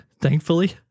thankfully